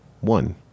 One